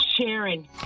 Sharon